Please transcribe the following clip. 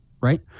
right